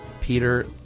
Peter